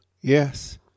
Yes